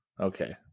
Okay